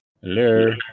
Hello